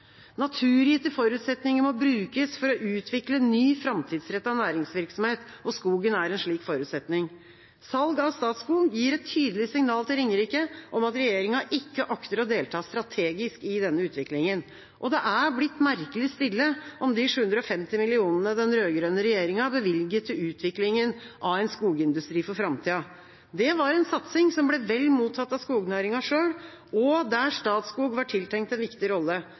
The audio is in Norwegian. Naturgitte forutsetninger må brukes for å utvikle ny, framtidsrettet næringsvirksomhet, og skogen er en slik forutsetning. Salg av Statskog gir et tydelig signal til Ringerike om at regjeringa ikke akter å delta strategisk i denne utviklinga. Og det er blitt merkelig stille om de 750 mill. kr som den rød-grønne regjeringa bevilget til utviklinga av en skogindustri for framtida. Det var en satsing som ble vel mottatt av skognæringa selv, og Statskog var der tiltenkt en viktig rolle.